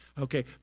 okay